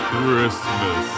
Christmas